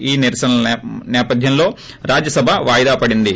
ఈ నిరసనల నేపద్యంలో రాజ్యసభ వాయిదా పడింది